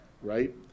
right